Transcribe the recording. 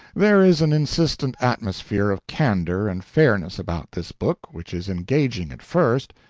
there is an insistent atmosphere of candor and fairness about this book which is engaging at first,